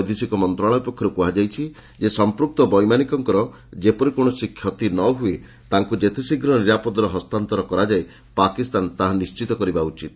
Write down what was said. ବୈଦେଶିକ ମନ୍ତ୍ରଶାଳୟ ପକ୍ଷରୁ କୁହାଯାଇଛି ଯେ ସଂପୃକ୍ତ ବୈମାନିକଙ୍କର ଯେପରି କୌଣସି କ୍ଷତି ନ ହୁଏ ଏବଂ ତାଙ୍କୁ ଯେତେଶୀଘ୍ର ନିରାପଦରେ ହସ୍ତାନ୍ତର କରାଯାଏ ପାକିସ୍ତାନ ତାହା ନିଶ୍ଚିତ କରିବା ଉଚିତ